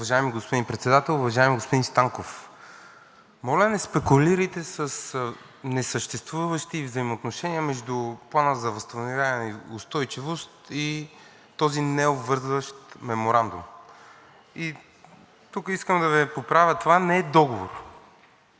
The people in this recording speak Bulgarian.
Уважаеми господин Председател! Уважаеми господин Станков, моля не спекулирайте с несъществуващи взаимоотношения между Плана за възстановяване и устойчивост и този необвързващ меморандум. Тук искам да Ви поправя, това не е договор,